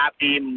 happy